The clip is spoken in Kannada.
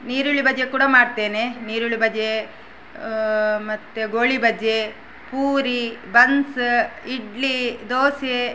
ಈರುಳ್ಳಿ ಬಜೆ ಕೂಡ ಮಾಡ್ತೇನೆ ಈರುಳ್ಳಿ ಬಜೆ ಮತ್ತೆ ಗೋಳಿಬಜೆ ಪೂರಿ ಬನ್ಸ ಇಡ್ಲಿ ದೋಸೆ